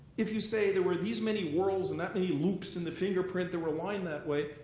if you say there were these many whorls and that many loops in the fingerprint that were aligned that way,